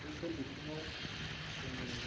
बैफोर बिथिङाव जोंनि